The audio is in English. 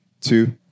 two